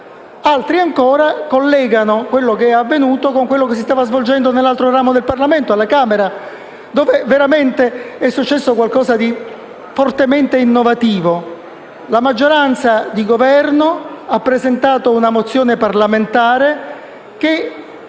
Altri ancora collegano quanto avvenuto con ciò che stava accadendo nell'altro ramo del Parlamento, alla Camera, dove è successo qualcosa di fortemente innovativo: la maggioranza di Governo ha presentato una mozione parlamentare che,